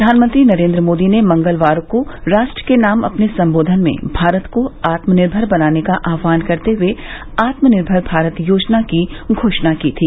प्रधानमंत्री नरेन्द्र मोदी ने मंगलवार को राष्ट्र के नाम अपने संबोधन में भारत को आत्मनिर्भर बनाने का आह्वान करते हए आत्मनिर्मर भारत योजना की घोषणा की थी